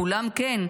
לכולם כן,